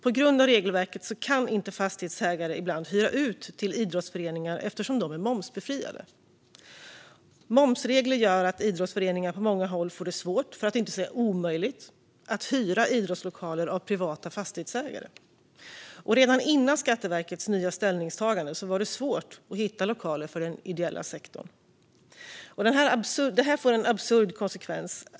På grund av regelverket kan fastighetsägare ibland inte hyra ut till idrottsföreningar eftersom de är momsbefriade. Momsregler gör att idrottsföreningar på många håll får det svårt, för att inte säga omöjligt, att hyra idrottslokaler av privata fastighetsägare. Redan före Skatteverkets nya ställningstagande var det svårt att hitta lokaler för den ideella sektorn. Detta får en absurd konsekvens.